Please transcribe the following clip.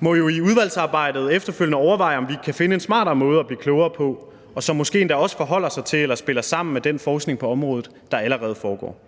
må jo i udvalgsarbejdet efterfølgende overveje, om vi kan finde en smartere måde at blive klogere på, som måske endda også forholder sig til eller spiller sammen med den forskning på området, der allerede foregår.